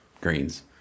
greens